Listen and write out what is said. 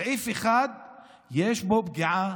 בסעיף 1 יש פגיעה